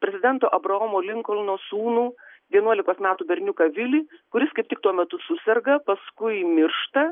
prezidento abraomo linkolno sūnų vienuolikos metų berniuką vilį kuris kaip tik tuo metu suserga paskui miršta